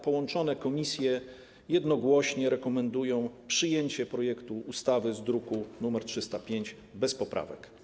Połączone komisje jednogłośnie rekomendują przyjęcie projektu ustawy z druku nr 305 bez poprawek.